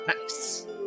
Nice